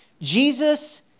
Jesus